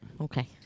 Okay